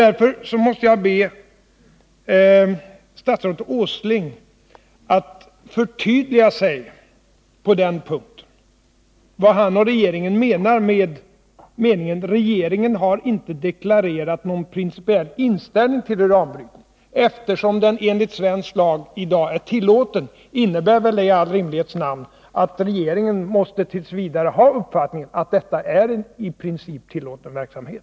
Därför måste jag be statsrådet Åsling att förtydliga sig på den punkten och förklara vad han och regeringen menar med uttalandet: ”Regeringen har inte deklarerat någon principiell inställning till uranbryt ning.” Eftersom sådan brytning i dag är tillåten innebär det väl i all rimlighets namn att regeringen t. v. måste ha uppfattningen att detta är en i princip tillåten verksamhet.